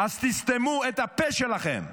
אז תסתמו את הפה שלכם.